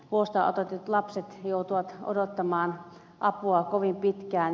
huostaanotetut lapset joutuvat odottamaan apua kovin pitkään